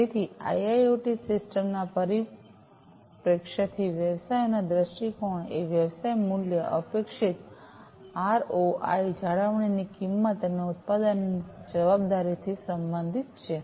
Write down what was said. તેથી IIoT system ના પરિપ્રેક્ષ્યથી વ્યવસાયનો દૃષ્ટિકોણ એ વ્યવસાય મૂલ્ય અપેક્ષિત આરઓઆઈ જાળવણીની કિંમત અને ઉત્પાદન જવાબદારીથી સંબંધિત છે